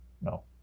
No